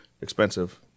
expensive